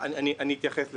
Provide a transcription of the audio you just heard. אני אתייחס לזה.